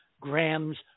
grams